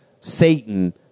satan